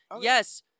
yes